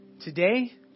Today